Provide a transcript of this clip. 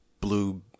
blue